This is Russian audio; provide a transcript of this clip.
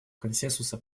консенсуса